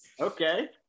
Okay